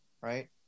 Right